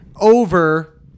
Over